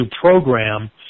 program